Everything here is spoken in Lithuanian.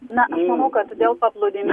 na aš manau kad dėl paplūdimių